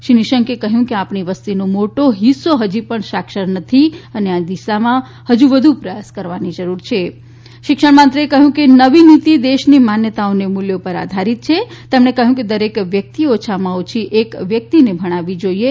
શ્રી નિશંકે કહ્યું કે આપણી વસ્તીનો મોટો ફિસ્સો હજી પણ સાક્ષર નથી અન આ દિશામાં હજી વધુ પ્રયાસો કરવાની રૂર છ શિક્ષણમંત્રી એ કહ્યું કે નવી નીતી દેશની માન્યતાઓ અન મૂલ્યો પર આધારીત છ તુમણ કહ્યું કે દરેક વ્યકિતએ ઓછામાં એક વ્યકિતન ભણવાની ોઈએ